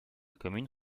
commune